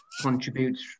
contributes